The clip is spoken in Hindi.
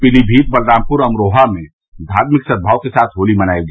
पीलीमीत बलरामपुर अमरोहा में धार्मिक सदभाव के साथ त्योहार मनाया गया